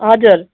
हजुर